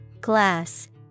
Glass